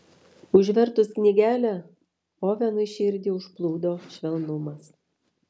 užvertus knygelę ovenui širdį užplūdo švelnumas